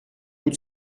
coup